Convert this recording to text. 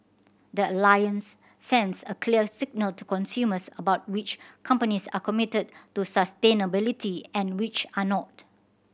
the Alliance sends a clear signal to consumers about which companies are committed to sustainability and which are not